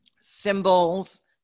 symbols